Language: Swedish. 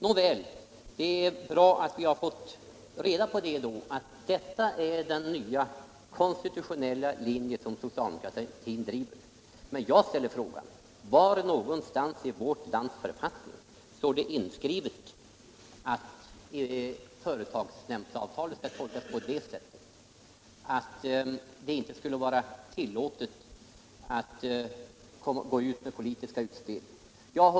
Nåväl, det är bra att vi då har fått reda på att detta är den nya konstitutionella linje som socialdemokratin driver. Men jag ställer frågan: Var någonstans i vårt lands författning står det inskrivet att företagsnämndsavtalet skall tolkas så, att det inte skall vara tillåtet att göra politiska utspel?